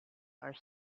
are